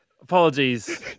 Apologies